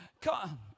Come